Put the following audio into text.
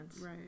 Right